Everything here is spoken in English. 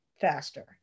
faster